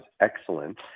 excellent